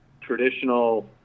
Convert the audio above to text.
traditional